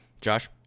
Josh